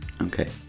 Okay